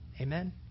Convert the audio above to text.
Amen